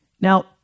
Now